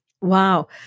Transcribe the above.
Wow